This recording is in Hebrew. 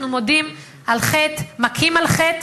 אנחנו מכים על חטא,